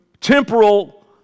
temporal